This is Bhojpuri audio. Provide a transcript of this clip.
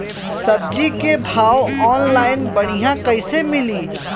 सब्जी के भाव ऑनलाइन बढ़ियां कइसे मिली?